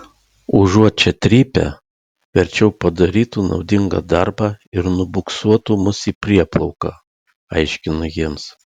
užuot čia trypę verčiau padarytų naudingą darbą ir nubuksuotų mus į prieplauką aiškinu jiems